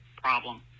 problem